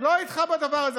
לא איתך בדבר הזה.